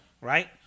Right